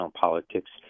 politics